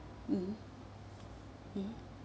mmhmm mmhmm